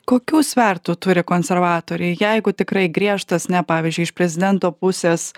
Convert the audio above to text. kokių svertų turi konservatoriai jeigu tikrai griežtas ne pavyzdžiui iš prezidento pusės